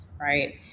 right